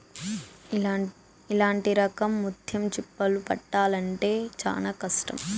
ఇట్లాంటి రకం ముత్యం చిప్పలు పట్టాల్లంటే చానా కష్టం